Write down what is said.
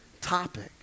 topic